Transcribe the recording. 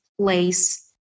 place